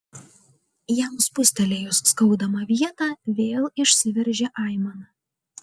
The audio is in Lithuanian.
jam spustelėjus skaudamą vietą vėl išsiveržė aimana